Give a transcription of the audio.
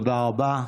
תודה רבה.